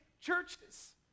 churches